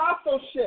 Apostleship